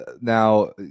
now